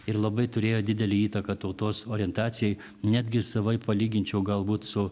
ir labai turėjo didelę įtaką tautos orientacijai netgi savaip palyginčiau galbūt su